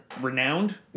Renowned